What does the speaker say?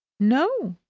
no!